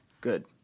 Good